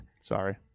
Sorry